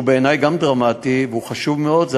שבעיני גם הוא דרמטי וחשוב מאוד,